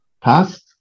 past